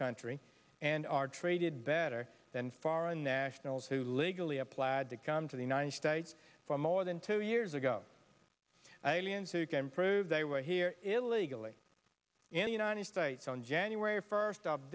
country and are treated better than foreign nationals who legally applied to come to the united states for more than two years ago really and who can prove they were here illegally in the united states on january first